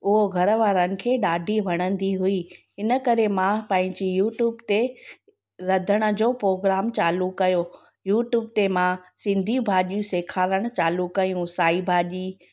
उहो घर वारनि खे ॾाढी वणंदी हुई इनकरे मां पंहिंजी यूट्यूब ते रधण जो पोग्राम चालू कयो यूट्यूब ते मां सिंधी भाॼियूं सेखारण चालू कयूं साई भाॼी